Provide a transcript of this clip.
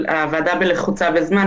שהוועדה לחוצה בזמן,